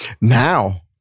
Now